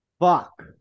Fuck